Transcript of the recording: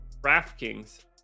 DraftKings